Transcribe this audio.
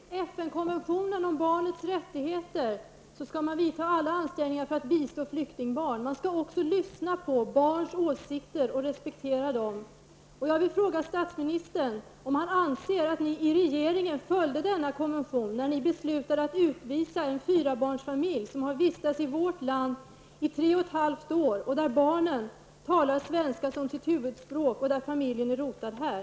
Herr talman! Enligt FN-konventionen om barnens rättigheter skall alla ansträngningar göras för att bistå flyktingbarn. Man skall också lyssna på barns åsikter och respektera dem. Jag vill fråga statsministern om han anser att regeringen följde denna konvention när den beslutade att utvisa en fyrbarnsfamilj som har vistats i vårt land i tre och ett halvt år och där barnen har svenska som sitt huvudspråk. Familjen är rotad här.